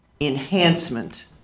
enhancement